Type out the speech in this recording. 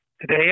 Today